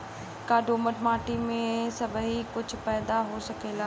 का दोमट माटी में सबही कुछ पैदा हो सकेला?